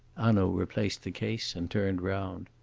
hanaud replaced the case and turned round.